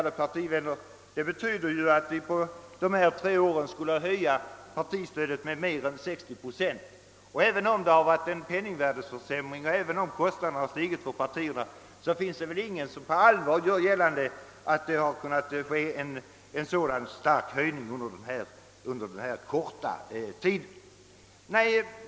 Det betyder, ärade kammarledamöter, att vi på dessa tre år skulle höja partistödet med mer än 60 procent. även om det har förekommit en penningvärdeförsämring och kostnaderna för partierna har stigit, finns det väl ingen som på allvar vill göra gällande att det har skett en så stark höjning under denna korta tid.